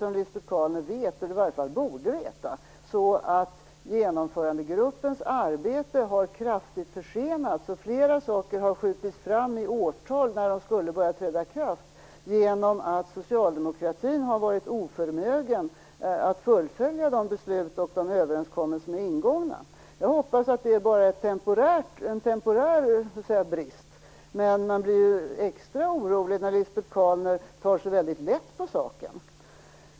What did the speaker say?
Som Lisbet Calner vet, eller i varje fall borde veta, är genomförandegruppens arbete kraftigt försenat. För flera saker har årtalet när de skulle börjat träda i kraft skjutits fram genom att socialdemokratin har varit oförmögen att fullfölja de beslut som fattats och de överenskommelser som ingåtts. Jag hoppas att detta bara är en temporär brist. Men man blir extra orolig när Lisbet Calner tar så väldigt lätt på saken.